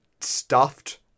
stuffed